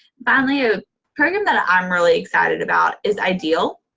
finally, a program that i'm really excited about is ideal,